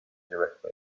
directly